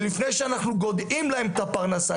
לפני שאנחנו גודעים להם את הפרנסה,